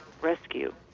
Rescue